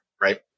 right